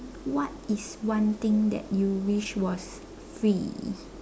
what is one thing that you wish was free